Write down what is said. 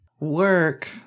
Work